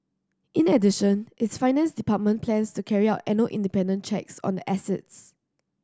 in addition its finance department plans to carry out annual independent checks on the assets